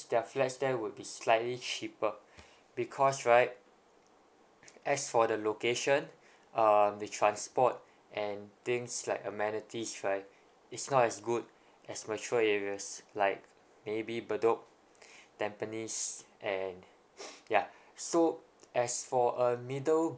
their flats there would be slightly cheaper because right as for the location um the transport and things like amenities right it's not as good as mature areas like maybe bedok tampines and yeah so as for a middle